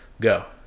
Go